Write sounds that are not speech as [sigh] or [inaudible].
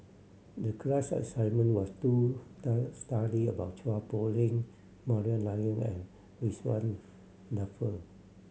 the class assignment was to [unintelligible] study about Chua Poh Leng Maria Dyer and Ridzwan Dzafir